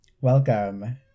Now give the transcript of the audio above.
Welcome